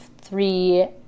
three